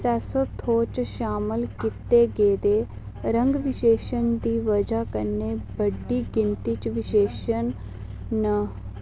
Sesotho च शामल कीते गेदे रंग विशेशन दी वजह कन्नै बड्डी गिनती च विशेशन न